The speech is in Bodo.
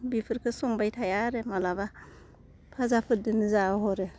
बिफोरखौ संबाय थाया आरो मालाबा फाजाफोरदोनो जाहोहरो